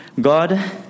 God